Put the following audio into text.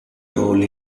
role